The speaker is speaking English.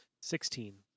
sixteen